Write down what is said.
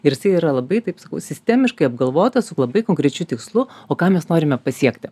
ir jisai yra labai taip sakau sistemiškai apgalvotas su labai konkrečiu tikslu o ką mes norime pasiekti